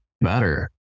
better